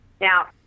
Now